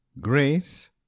Grace